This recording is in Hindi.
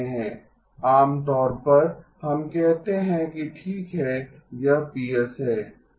आमतौर पर हम कहते हैं कि ठीक है यह Ps है